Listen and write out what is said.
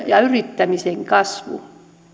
ja yrittämisen kasvu